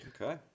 Okay